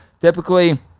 typically